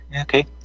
Okay